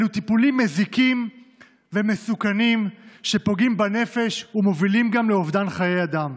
אלו טיפולים מזיקים ומסוכנים שפוגעים בנפש ומובילים גם לאובדן חיי אדם.